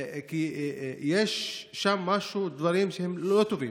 כי יש שם דברים שהם לא טובים.